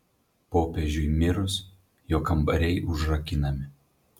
popiežiui mirus jo kambariai užrakinami